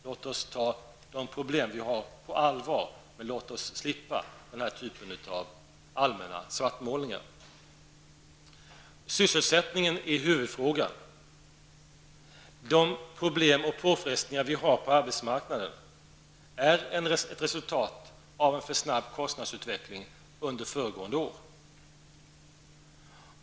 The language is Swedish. Låt oss ta de problem vi har på allvar, men låt oss slippa den här typen av allmänna svartmålningar. Sysselsättningen är huvudfrågan. De problem och påfrestningar som finns på arbetsmarknaden är ett resultat av en för snabb kostnadsutveckling under föregående år.